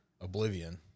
Oblivion